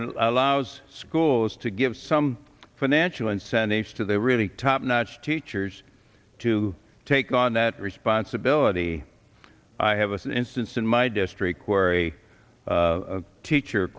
and allows schools to give some financial incentives to the really top notch teachers to take on that responsibility i have us instance in my district where a teacher